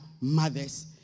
mothers